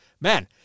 Man